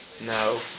No